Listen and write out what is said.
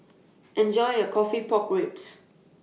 Enjoy your Coffee Pork Ribs